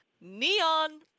neon